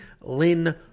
Lynn